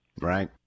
Right